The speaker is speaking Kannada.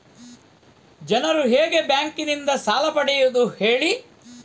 ಜನರು ಹೇಗೆ ಬ್ಯಾಂಕ್ ನಿಂದ ಸಾಲ ಪಡೆಯೋದು ಹೇಳಿ